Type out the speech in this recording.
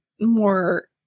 more